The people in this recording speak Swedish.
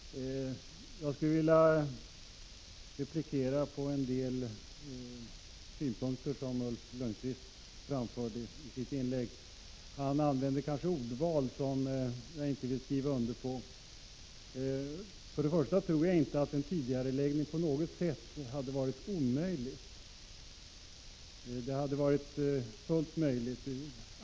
Fru talman! Jag skulle vilja replikera på en del synpunkter som Ulf Lönnqvist framförde i sitt inlägg. Till att börja med tror jag inte att en tidigareläggning på något sätt hade varit omöjlig. En sådan hade varit fullt möjlig.